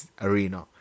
Arena